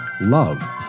Love